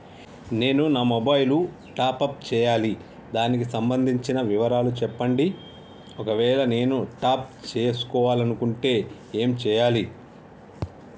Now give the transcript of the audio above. నేను నా mobile top up చేయాలి దానికి సంబంధించిన వివరాలు చెప్పండి ఒకవేళ నేను టాప్ చేసుకోవాలనుకుంటే ఏం చేయాలి?